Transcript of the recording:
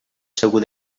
segur